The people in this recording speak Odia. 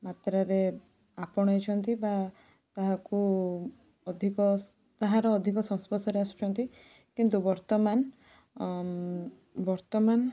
ମାତ୍ରାରେ ଆପଣେଇଛନ୍ତି ବା ତାହାକୁ ଅଧିକ ତାହାର ଅଧିକ ସଂସ୍ପର୍ଶରେ ଆସୁଛନ୍ତି କିନ୍ତୁ ବର୍ତ୍ତମାନ ବର୍ତ୍ତମାନ